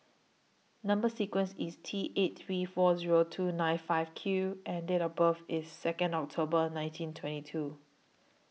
Number sequence IS T eight three four Zero two nine five Q and Date of birth IS Second October nineteen twenty two